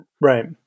Right